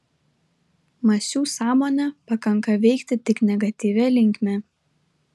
masių sąmonę pakanka veikti tik negatyvia linkme